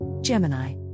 Gemini